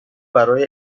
برای